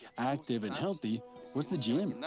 active and healthy was the gym.